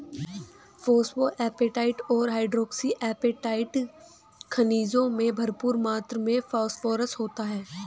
phosphoapatite और hydroxy apatite खनिजों में भरपूर मात्र में फोस्फोरस होता है